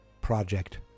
project